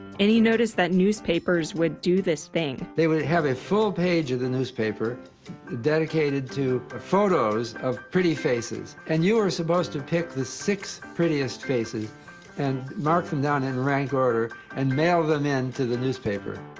and he noticed that newspapers would do this thing. they would have a full page of the newspaper dedicated to photos of pretty faces, and you were supposed to pick the six prettiest faces and mark them down in rank order and mail them in to the newspaper.